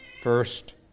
first